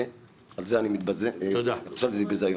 ואני חושב שזה ביזיון.